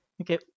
Okay